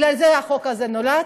אז בגלל זה החוק הזה נולד.